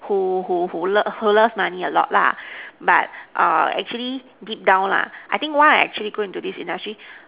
who who who who loves money a lot lah but actually deep down lah I think why I actually go into this industry